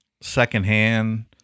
secondhand